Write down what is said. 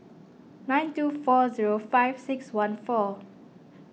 nine two four zero five six one four